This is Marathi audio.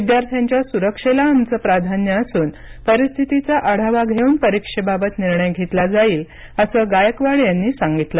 विद्यार्थ्यांच्या सुरक्षेला आमचं प्राधान्य असून परिस्थितीचा आढावा घेऊन परिक्षेबाबत निर्णय घेतला जाईल असं गायकवाड यांनी सांगितलं